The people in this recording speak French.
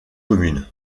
commune